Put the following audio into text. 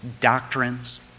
doctrines